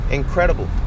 incredible